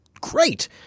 great